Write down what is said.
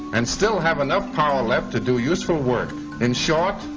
and still have enough power left to do useful work in short,